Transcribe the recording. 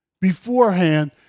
beforehand